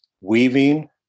weaving